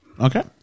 Okay